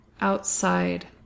outside